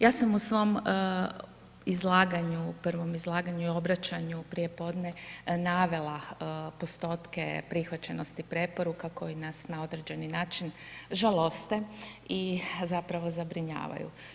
Ja sam u svom izlaganju, prvom izlaganju i obraćanju prije podne navela postotke prihvaćenosti preporuka koje nas na određeni način žaloste i zapravo zabrinjavaju.